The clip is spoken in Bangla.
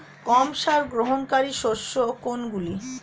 কম সার গ্রহণকারী শস্য কোনগুলি?